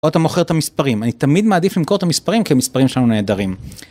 או אתה מוכר את המספרים אני תמיד מעדיף למכור את המספרים כי המספרים שלנו נהדרים.